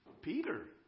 Peter